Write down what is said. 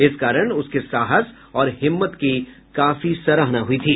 इस कारण उसके साहस और हिम्मत की काफी सराहना हुई थी